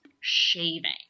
shaving